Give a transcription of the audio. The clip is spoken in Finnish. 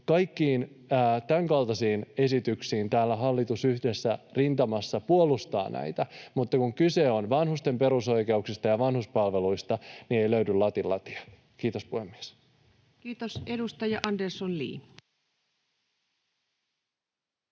kaikkia tämänkaltaisia esityksiä täällä hallitus yhdessä rintamassa puolustaa, mutta kun kyse on vanhusten perusoikeuksista ja vanhuspalveluista, niin ei löydy latin latia. — Kiitos, puhemies. [Speech 113] Speaker: